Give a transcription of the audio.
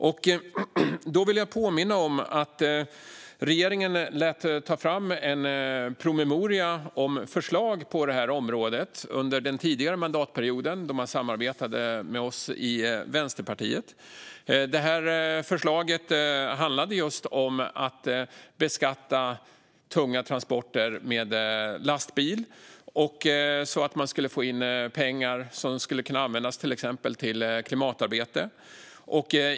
Jag vill påminna om att regeringen lät ta fram en promemoria med förslag på detta område under förra mandatperioden, då man samarbetade med oss i Vänsterpartiet. Detta förslag handlade just om att beskatta tunga transporter med lastbil för att få in pengar som skulle kunna användas till exempelvis klimatarbete.